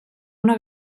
una